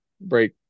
break